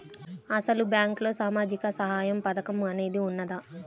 అసలు బ్యాంక్లో సామాజిక సహాయం పథకం అనేది వున్నదా?